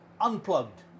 Unplugged